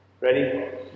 Ready